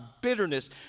bitterness